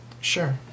Sure